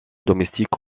domestique